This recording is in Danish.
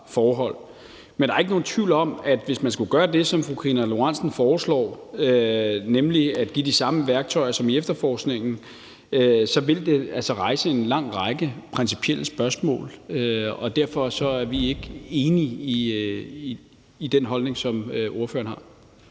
Men der er ikke nogen tvivl om, at hvis man skulle gøre det, som fru Karina Lorentzen Dehnhardt foreslår, nemlig at give de samme værktøjer som i efterforskningen, så vil det altså rejse en lang række principielle spørgsmål, og derfor er vi ikke enige i den holdning, som ordføreren har.